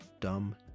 dumb